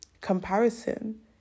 comparison